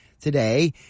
today